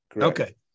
Okay